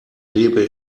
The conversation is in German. lebe